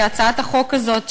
כי הצעת החוק הזאת,